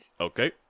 Okay